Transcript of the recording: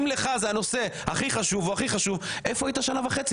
אם לך זה הנושא הכי חשוב, איפה היית שנה וחצי?